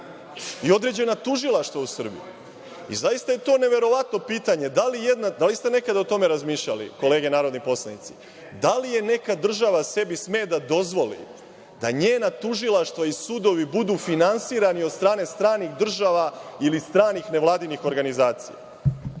i određena tužilaštva u Srbiji. Zaista je to neverovatno pitanje. Da li ste nekada o tome razmišljali, kolege narodni poslanici? Da li neka država sme sebi da dozvoli, da njena tužilaštva i sudovi budu finansirani od strane stranih država ili stranih nevladinih organizacija?